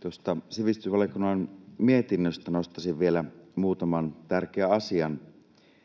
Tuosta sivistysvaliokunnan mietinnöstä nostaisin vielä muutaman tärkeän asian.